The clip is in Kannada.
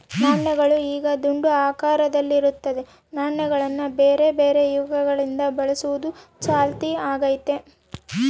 ನಾಣ್ಯಗಳು ಈಗ ದುಂಡು ಆಕಾರದಲ್ಲಿ ಇರುತ್ತದೆ, ನಾಣ್ಯಗಳನ್ನ ಬೇರೆಬೇರೆ ಯುಗಗಳಿಂದ ಬಳಸುವುದು ಚಾಲ್ತಿಗೈತೆ